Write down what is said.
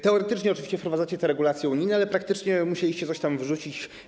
Teoretycznie oczywiście wprowadzacie regulacje unijne, ale praktycznie musieliście tam coś wrzucić.